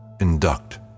Induct